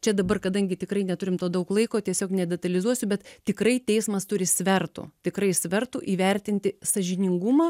čia dabar kadangi tikrai neturim to daug laiko tiesiog nedetalizuosiu bet tikrai teismas turi svertų tikrai svertų įvertinti sąžiningumą